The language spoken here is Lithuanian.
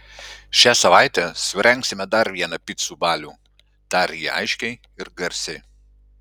šią savaitę surengsime dar vieną picų balių tarė ji aiškiai ir garsiai